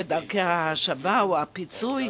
ודרכי ההשבה או הפיצוי,